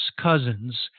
Cousins